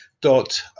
dot